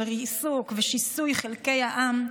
של ריסוק ושיסוי חלקי העם,